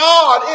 God